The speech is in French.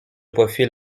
profil